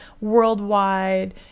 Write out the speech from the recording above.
worldwide